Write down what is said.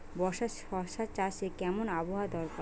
বর্ষার শশা চাষে কেমন আবহাওয়া দরকার?